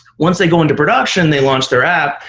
once they go into production, they launch their app,